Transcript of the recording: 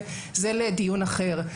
זה לדיון אחר.